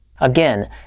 Again